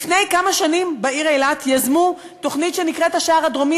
לפני כמה שנים בעיר אילת יזמו תוכנית שנקראת "השער הדרומי",